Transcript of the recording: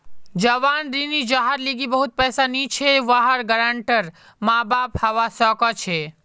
जवान ऋणी जहार लीगी बहुत पैसा नी छे वहार गारंटर माँ बाप हवा सक छे